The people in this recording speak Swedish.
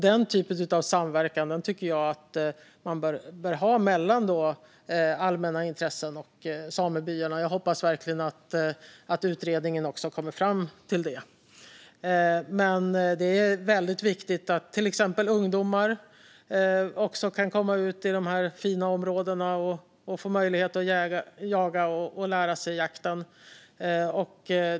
Den typen av samverkan tycker jag att man bör ha mellan allmänna intressen och samebyarna. Jag hoppas verkligen att utredningen också kommer fram till det. Det är väldigt viktigt att till exempel ungdomar kan komma ut i de här fina områdena och få möjlighet att jaga och lära sig om jakt.